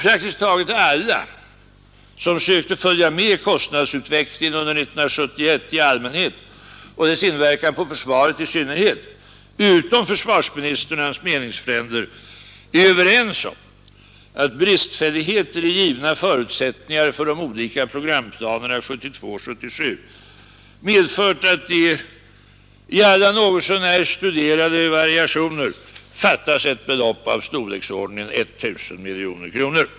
Praktiskt taget alla som under 1971 har försökt följa med kostnadsutvecklingen i allmänhet och dess inverkan på försvaret i synnerhet — utom försvarsministern och hans meningsfränder — är överens om att bristfälligheter i givna förutsättningar för de olika programplanerna 1972-1977 medfört att det i alla något så när studerade variationer fattas ett belopp i storleksordningen 1 000 miljoner kronor.